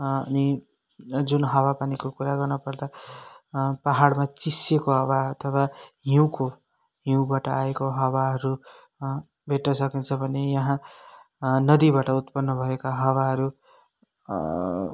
अनि जुन हावा पानीको कुरा गर्न पर्दा पहाडमा चिसिएको हावा अथवा हिउँको हिउँबाट आएको हावाहरू भेट्न सकिन्छ भने यहाँ नदीबाट उत्पन्न भएका हावाहरू